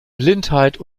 blindheit